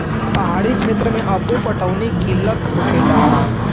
पहाड़ी क्षेत्र मे अब्बो पटौनी के किल्लत होखेला